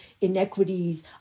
inequities